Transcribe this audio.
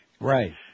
Right